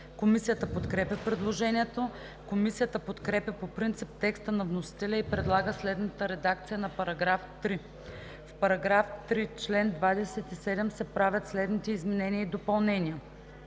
Комисията подкрепя предложението. Комисията подкрепя по принцип текста на вносителя и предлага следната редакция на § 3: „§ 3. В чл. 27 се правят следните изменения и допълнения: